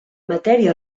matèria